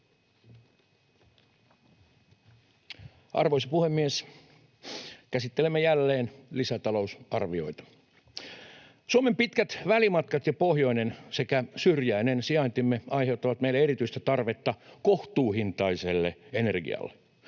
Arvoisa puhemies! Käsittelemme jälleen lisätalousarviota. Suomen pitkät välimatkat ja pohjoinen sekä syrjäinen sijaintimme aiheuttavat meille erityistä tarvetta kohtuuhintaiselle energialle.